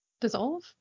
dissolve